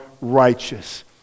righteous